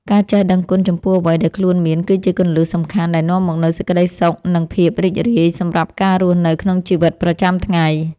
ការចេះដឹងគុណចំពោះអ្វីដែលខ្លួនមានគឺជាគន្លឹះសំខាន់ដែលនាំមកនូវសេចក្ដីសុខនិងភាពរីករាយសម្រាប់ការរស់នៅក្នុងជីវិតប្រចាំថ្ងៃ។